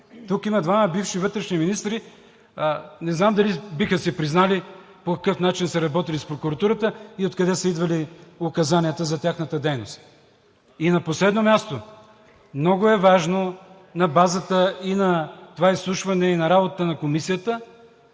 Тук има двама бивши вътрешни министри – не знам дали биха си признали по какъв начин са работили с прокуратурата и откъде са идвали указанията за тяхната дейност. На последно място, много е важно на базата и на това изслушване, и на работата на Комисията